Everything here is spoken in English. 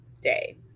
Day